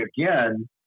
again